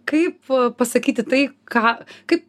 kaip pasakyti tai ką kaip